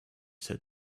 said